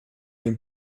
dem